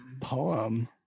poem